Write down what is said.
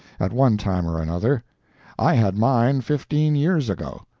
at one time or another i had mine fifteen years ago.